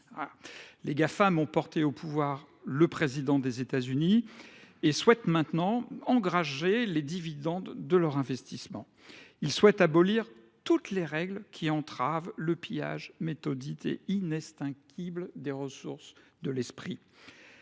Les Gafam ont porté au pouvoir l’actuel président des États Unis. Ils entendent maintenant engranger les dividendes de leur investissement. Ils souhaitent abolir toute règle susceptible d’entraver le pillage méthodique et inextinguible des ressources de l’esprit.